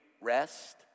rest